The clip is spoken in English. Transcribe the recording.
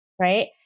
right